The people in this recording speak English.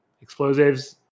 Explosives